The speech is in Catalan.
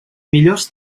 millors